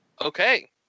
Okay